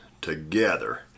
together